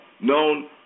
known